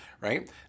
right